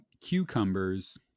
cucumbers